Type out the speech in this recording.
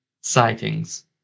sightings